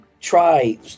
try